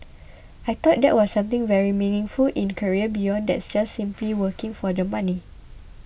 I thought that was something very meaningful in career beyond that just simply working for the money